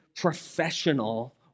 professional